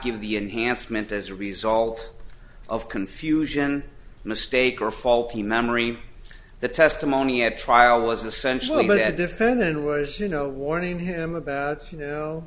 give the enhanced meant as a result of confusion mistake or faulty memory the testimony at trial was essentially a defendant who was you know warning him about